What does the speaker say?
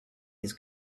his